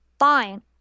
fine